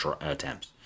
attempts